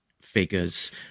figures